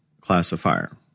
classifier